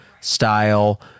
style